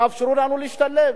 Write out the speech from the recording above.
תאפשרו לנו להשתלב.